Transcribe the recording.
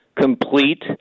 complete